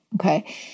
okay